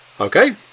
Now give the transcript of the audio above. Okay